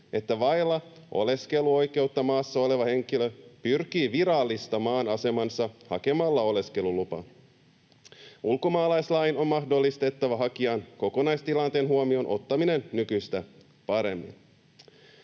että vailla oleskeluoikeutta maassa oleva henkilö pyrkii virallistamaan asemansa hakemalla oleskelulupaa. Ulkomaalaislain on mahdollistettava hakijan kokonaistilanteen huomioon ottaminen nykyistä paremmin.